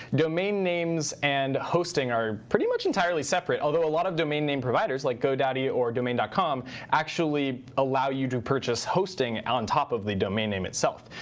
domain names and hosting are pretty much entirely separate, although a lot of domain name providers, like godaddy or domain dot com actually allow you to purchase hosting on top of the domain name itself.